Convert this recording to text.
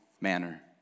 manner